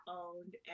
owned